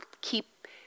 keep